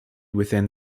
within